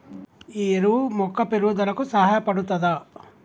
ఈ ఎరువు మొక్క పెరుగుదలకు సహాయపడుతదా?